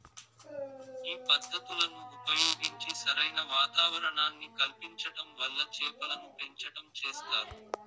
ఈ పద్ధతులను ఉపయోగించి సరైన వాతావరణాన్ని కల్పించటం వల్ల చేపలను పెంచటం చేస్తారు